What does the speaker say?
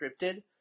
scripted